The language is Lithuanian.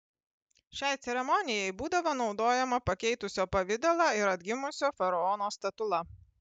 šiai ceremonijai būdavo naudojama pakeitusio pavidalą ir atgimusio faraono statula